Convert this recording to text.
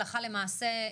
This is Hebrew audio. הלכה למעשה,